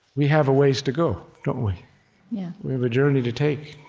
we have a ways to go, don't we? yeah we have a journey to take